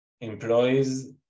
employees